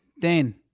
Dane